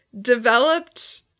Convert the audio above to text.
developed